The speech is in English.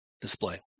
display